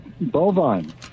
bovine